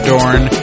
Dorn